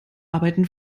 arbeiten